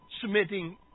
submitting